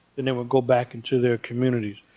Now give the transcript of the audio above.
then, they would go back into their communities.